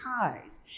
ties